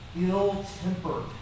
ill-tempered